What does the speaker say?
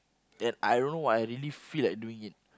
then I don't know why I really feel like doing it